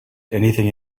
anything